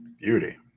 Beauty